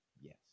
Yes